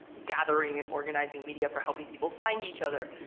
gathering and organizing, media for helping people find each other,